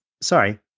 Sorry